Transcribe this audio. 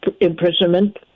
imprisonment